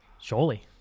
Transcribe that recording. Surely